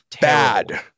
Bad